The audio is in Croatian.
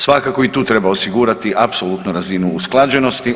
Svakako i tu treba osigurati apsolutno razinu usklađenosti.